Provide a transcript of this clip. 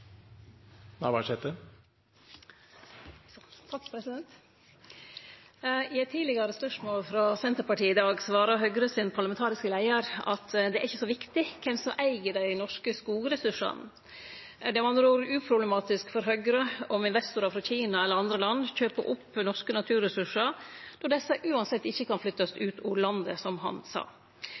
eit tidlegare spørsmål frå Senterpartiet i dag svarte parlamentarisk leiar for Høgre at det er ikkje så viktig kven som eig dei norske skogressursane. Det er med andre ord uproblematisk for Høgre om investorar frå Kina eller andre land kjøper opp norske naturressursar, når desse uansett ikkje kan flyttast ut av landet, som han sa.